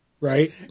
right